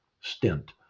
stint